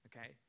okay